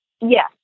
Yes